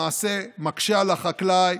למעשה מקשה על החקלאי,